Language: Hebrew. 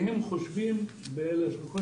הם חושבים שלא רוצים